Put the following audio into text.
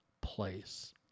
place